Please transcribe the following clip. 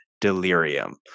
Delirium